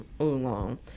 oolong